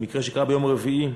המקרה שהיה ביום רביעי,